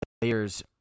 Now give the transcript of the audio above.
players